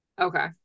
Okay